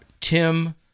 Tim